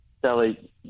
Sally